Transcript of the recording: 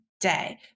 day